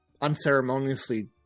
unceremoniously